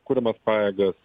kuriamas pajėgas